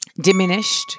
diminished